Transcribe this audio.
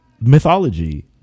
mythology